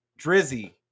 Drizzy